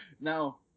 Now